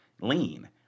lean